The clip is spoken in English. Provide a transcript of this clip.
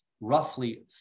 roughly